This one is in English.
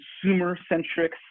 consumer-centric